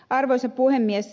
arvoisa puhemies